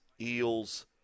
Eels